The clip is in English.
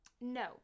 no